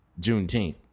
juneteenth